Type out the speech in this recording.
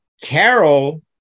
Carol